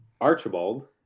Archibald